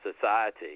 Society